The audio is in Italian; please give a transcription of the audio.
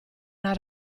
una